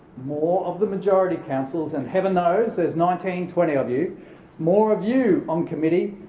more of the majority councillors and heaven knows, there's nineteen twenty of you more of you on committee,